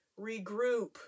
regroup